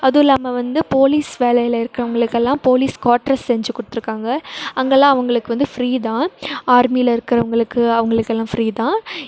அதுவும் இல்லாமல் வந்து போலீஸ் வேலையில் இருக்கிறவங்களுக்கு எல்லாம் போலீஸ் குவாட்ரஸ் செஞ்சு கொடுத்துருக்காங்க அங்கெல்லாம் அவங்களுக்கு வந்து ஃப்ரீ தான் ஆர்மியில் இருக்கிறவங்களுக்கு அவங்களுக்கு எல்லாம் ஃப்ரீ தான்